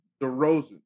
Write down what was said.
DeRozan